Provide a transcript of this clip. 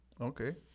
Okay